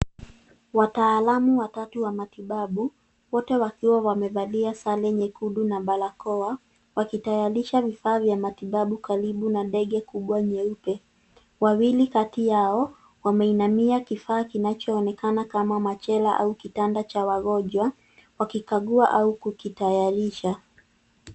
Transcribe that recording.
Wataalam watatu wa matibabu wote wakiwa wamevalia sare nyekundu na barakoa wakitayarisha vifaa vya matibabu karibu na ndege kubwa nyeupe. Wawili kati yao wameinamia kifaa kinachoonekana kama machela au kitanda cha wagonjwa wakikagua au kukitayarisha.